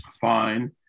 fine